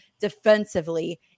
defensively